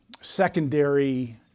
secondary